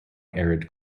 arid